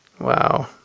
wow